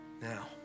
Now